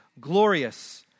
glorious